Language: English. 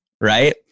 right